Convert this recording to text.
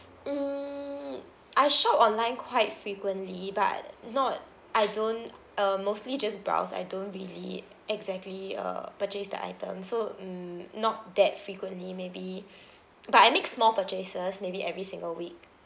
mm I shop online quite frequently but not I don't um mostly just browse I don't really exactly uh purchase the item so mm not that frequently maybe but I make small purchases maybe every single week